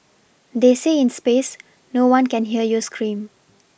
they say in space no one can hear you scream